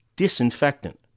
disinfectant